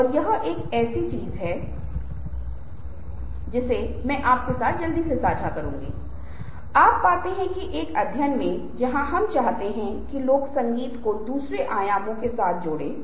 और यह एक ऐसी चीज है जिसे हम अगले सप्ताह में पता लगा पाएंगे जब मुझे आपसे प्रतिक्रियाएँ मिलेंगी